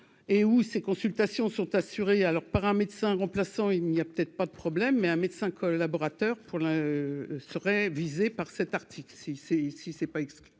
et où ces consultations sont assurées alors par un médecin remplaçant il n'y a pas de problème, mais un médecin collaborateurs pour le serait visé par cet article si c'est ici c'est pas exclu,